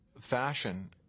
fashion